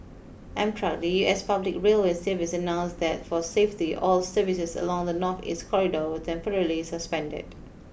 Amtrak the U S public railway service announced that for safety all services along the northeast corridor were temporarily suspended